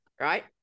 right